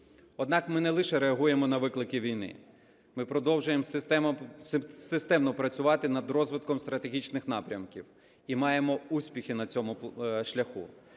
Однак, ми не лише реагуємо на виклики війни, ми продовжує системно працювати над розвитком стратегічних напрямків і маємо успіхи на цьому шляху.